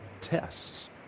tests